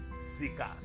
seekers